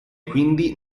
quindi